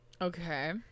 Okay